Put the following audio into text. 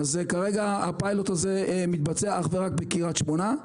אז כרגע הפיילוט הזה מתבצע אך ורק בקרית שמונה.